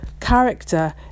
character